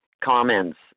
comments